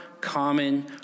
common